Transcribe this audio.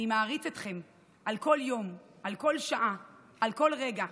אני מעריץ אתכם על כל יום, על כל שעה, על כל רגע.